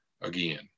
again